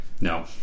No